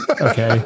Okay